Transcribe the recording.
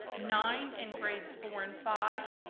nine in grades four and five,